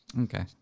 Okay